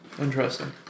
Interesting